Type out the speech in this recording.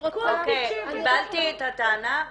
קיבלתי את הטענה,